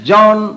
John